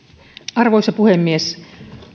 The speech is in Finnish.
arvoisa puhemies